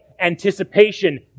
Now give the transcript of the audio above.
anticipation